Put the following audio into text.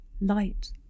Light